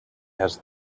has